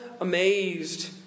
amazed